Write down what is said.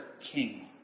king